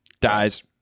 dies